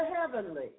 heavenly